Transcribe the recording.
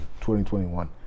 2021